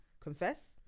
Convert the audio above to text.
confess